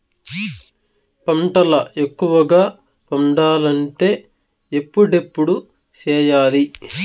పంటల ఎక్కువగా పండాలంటే ఎప్పుడెప్పుడు సేయాలి?